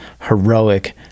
heroic